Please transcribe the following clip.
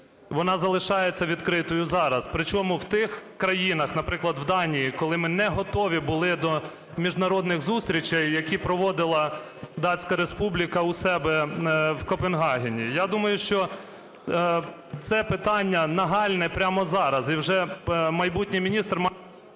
вона залишається відкритою зараз, причому в тих країнах, наприклад в Данії, коли ми не готові були до міжнародних зустрічей, які проводила Датська Республіка у себе в Копенгагені. Я думаю, що це питання нагальне прямо зараз і вже майбутній міністр